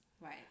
Right